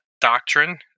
Doctrine